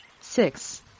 six